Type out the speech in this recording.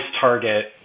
target